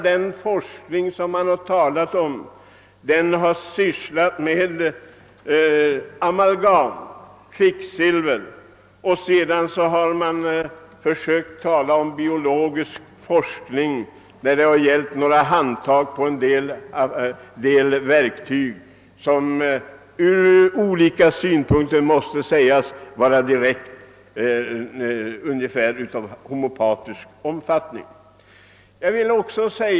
Den forskning man talar om i detta fall har hittills bara sysslat med amalgam — kvicksilver — och den biologiska forskningen har strängt taget bara handlat om handtagen på en del verktyg och liknande, alltså saker av direkt homeopatisk natur.